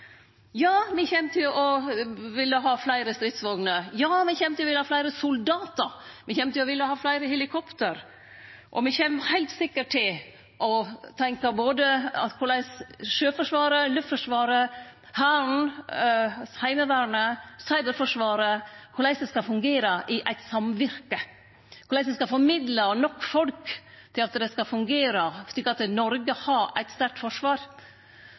Ja, me kjem til å ville ha fleire stridsvogner. Ja, me kjem til å ville ha fleire soldatar, me kjem til å ville ha fleire helikopter, og me kjem heilt sikkert til å tenkje på både Sjøforsvaret, Luftforsvaret, Hæren, Heimevernet og Cyberforsvaret, og korleis det skal fungere i eit samvirke, korleis ein skal få midlar og nok folk til at det skal fungere, slik at Noreg har eit sterkt forsvar.